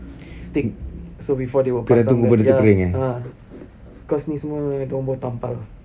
stick so before they will pasang a'ah because ni semua diorang baru tampal